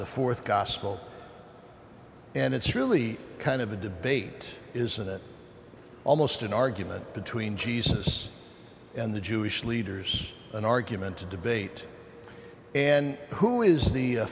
the fourth gospel and it's really kind of a debate isn't it almost an argument between jesus and the jewish leaders an argument to debate and who is the